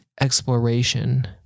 exploration